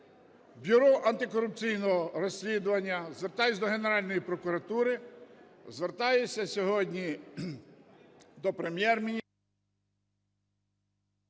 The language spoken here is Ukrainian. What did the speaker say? бюро антикорупційного розслідування, звертаюся до Генеральної прокуратури, звертаюся сьогодні до Прем’єр-міністра…